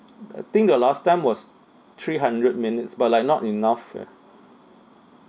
I think the last time was three hundred minutes but like not enough eh